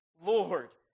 Lord